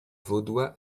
vaudois